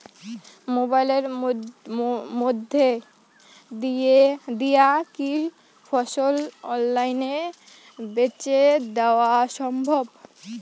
মোবাইলের মইধ্যে দিয়া কি ফসল অনলাইনে বেঁচে দেওয়া সম্ভব?